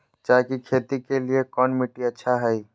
चाय की खेती के लिए कौन मिट्टी अच्छा हाय?